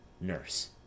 NURSE